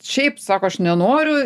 šiaip sako aš nenoriu